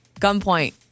Gunpoint